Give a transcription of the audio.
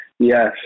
Yes